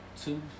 two